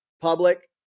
public